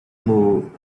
move